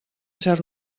cert